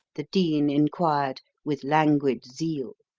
the dean inquired, with languid zeal.